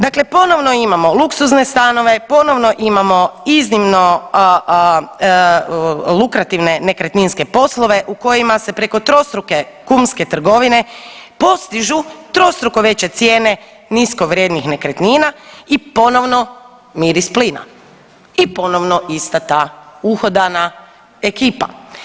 Dakle ponovno imamo luksuzne stanove, ponovno imamo iznimno lukrativne nekretninske poslove u kojima se preko trostruke kumske trgovine postižu trostruko veće cijene nisko vrijednih nekretnina i ponovno miris plina i ponovno ista ta uhodana ekipa.